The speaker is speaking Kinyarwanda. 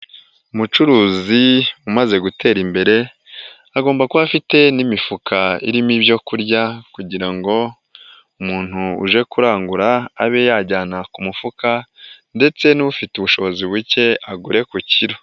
Umucuruzi umaze gutera imbere agomba kuba afite n'imifuka irimo ibyo kurya kugira ngo umuntu uje kurangura abe yajyana ku mufuka ndetse n'ufite ubushobozi buke agure ku kiro.